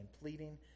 pleading